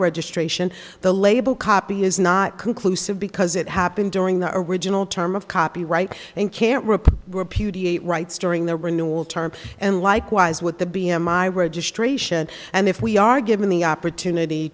registration the label copy is not conclusive because it happened during the original term of copyright and can't rip were puti it rights during the renewal term and likewise with the b m i registration and if we are given the opportunity